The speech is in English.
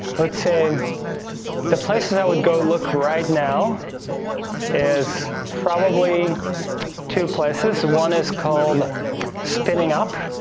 would say the places i would go look right now is probably two places. one is called spinning up